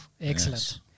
Excellent